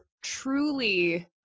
truly